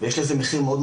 ויש לזה מחיר מאוד,